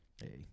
Hey